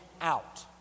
out